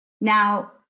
Now